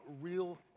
real